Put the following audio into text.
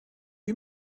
you